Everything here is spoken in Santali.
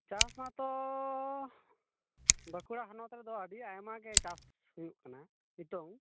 ᱪᱟᱥ ᱢᱟᱛᱚ ᱵᱟᱹᱠᱩᱲᱟ ᱦᱚᱱᱚᱛ ᱨᱮᱫᱚ ᱟᱹᱰᱤ ᱟᱭᱢᱟᱜᱮ ᱪᱟᱥ ᱦᱩᱭᱩᱜ ᱠᱟᱱᱟ ᱱᱤᱛᱳᱜ